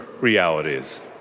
realities